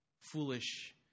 foolish